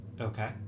Okay